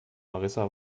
marissa